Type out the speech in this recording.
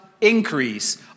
increase